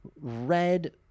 red